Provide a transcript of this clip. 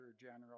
General